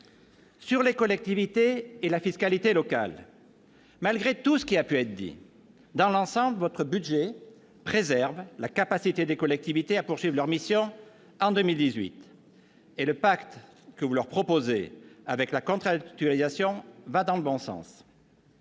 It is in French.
les collectivités et la fiscalité locales, malgré tout ce qui a pu être dit, dans l'ensemble, votre budget préserve la capacité des collectivités à poursuivre leurs missions en 2018. Et le pacte de contractualisation que vous leur proposez va dans le bon sens